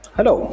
Hello